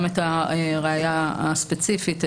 גם את הראיה הספציפית,